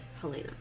Helena